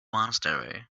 monastery